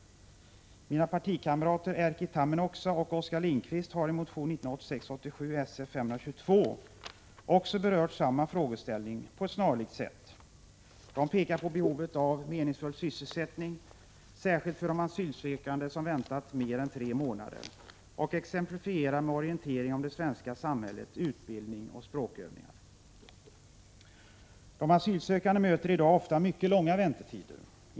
Mina partikamrater Erkki Tammenoksa och Oskar Lindkvist har i motion 1986/87:Sf522 berört samma frågeställning på ett snarlikt sätt. De pekar också på behovet av meningsfull sysselsättning, särskilt för de asylsökande som har väntat mer än tre månader. Som exempel på sådan sysselsättning nämner de orientering om det svenska samhället, utbildning och språkövningar. De asylsökandes väntetider är i dag ofta mycket långa.